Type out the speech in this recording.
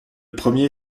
premier